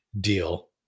deal